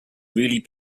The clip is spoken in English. really